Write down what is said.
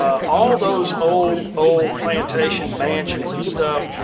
all those old, old plantation mansions and stuff,